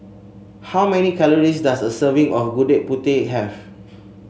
how many calories does a serving of Gudeg Putih have